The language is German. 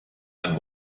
ein